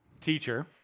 Teacher